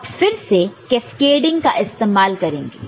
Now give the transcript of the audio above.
अब फिर से कैस्केडिंग का इस्तेमाल करेंगे